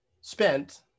spent